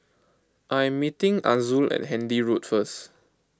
I am meeting Azul at Handy Road first